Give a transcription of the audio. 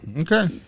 Okay